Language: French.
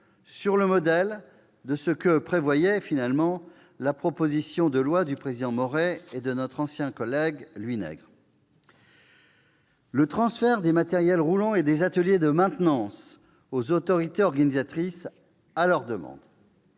sur le modèle de ce que prévoyait la proposition de loi du président Maurey et de notre ancien collègue Louis Nègre ; le transfert des matériels roulants et des ateliers de maintenance aux autorités organisatrices de